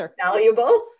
valuable